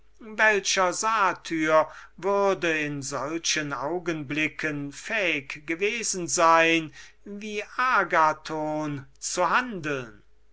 welcher satyr würde in solchen augenblicken fähig gewesen sein wie agathon zu handeln